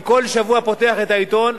אני כל שבוע פותח את העיתון,